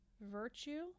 virtue